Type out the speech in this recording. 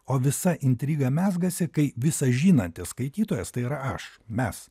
o visa intriga mezgasi kai visa žinantis skaitytojas ir aš mes